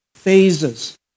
phases